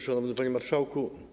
Szanowny Panie Marszałku!